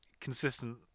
consistent